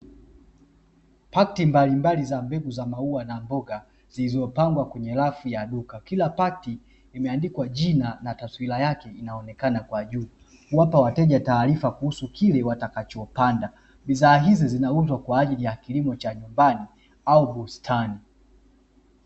Pakti mbalimbali za mbegu za maua na mboga, zilizopangwa kwenye rafu ya duka. Kila pakti imeandikwa jina na taswira yake inaonekana kwa juu, kuwapa wateja taarifa kuhusu kile watakachopanda. Bidhaa hizi zinawekwa kwa ajili ya kilimo cha nyumbani au bustani.